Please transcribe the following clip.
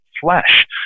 flesh